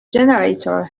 generator